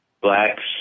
blacks